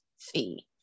fee